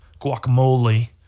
guacamole